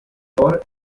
por